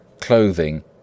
clothing